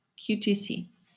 QTC